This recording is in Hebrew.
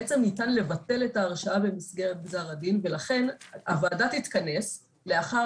בעצם ניתן לבטל את ההרשעה במסגרת גזר הדין ולכן הוועדה תתכנס לאחר